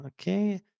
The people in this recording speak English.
Okay